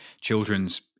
children's